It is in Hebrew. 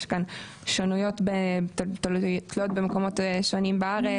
יש כאן שונות התלויה במקומות שונים בארץ,